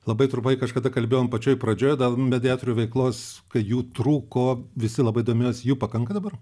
labai trupai kažkada kalbėjom pačioj pradžioj mediatorių veiklos kai jų trūko visi labai domėjosi jų pakanka dabar